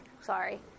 Sorry